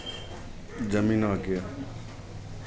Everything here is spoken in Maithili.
जमीनक यए